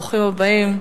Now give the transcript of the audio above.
ברוכים הבאים.